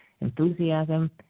enthusiasm